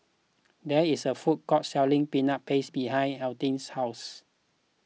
there is a food court selling Peanut Paste behind Altie's house